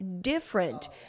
different